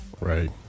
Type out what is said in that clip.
Right